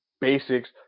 basics